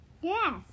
Yes